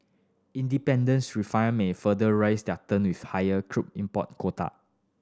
independents refiner may further raise their run with higher crude import quota